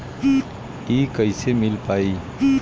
इ कईसे मिल पाई?